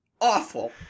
awful